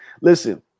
listen